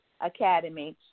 academy